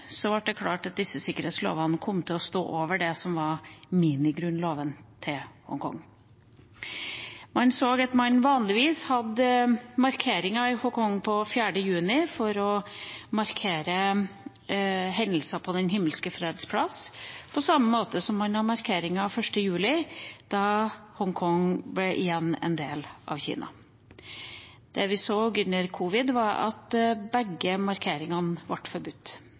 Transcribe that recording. det klart at disse sikkerhetslovene kom til å stå over det som var minigrunnloven til Hongkong. Vanligvis hadde man markeringer i Hongkong 4. juni for å markere hendelsene på Den himmelske freds plass, på samme måte som man hadde markeringer 1. juli, da Hongkong igjen ble en del av Kina. Det vi så under covid, var at begge markeringene ble forbudt.